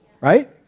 Right